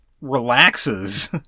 Relaxes